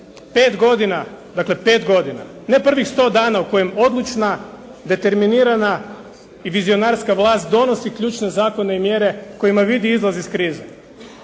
Pet godina, dakle pet godina, ne prvih 100 dana u kojem odlučna, determinirana i vizionarska vlast donosi ključne zakone i mjere u kojima vidi izlaz iz krize